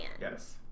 Yes